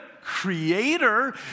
creator